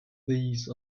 these